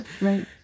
Right